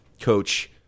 coach